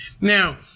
Now